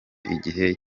igihe